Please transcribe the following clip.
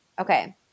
Okay